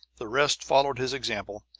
the rest followed his example,